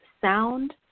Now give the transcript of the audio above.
sound